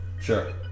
Sure